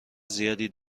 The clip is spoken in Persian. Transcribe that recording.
زیادی